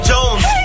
Jones